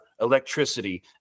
electricity